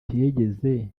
ntiyigeze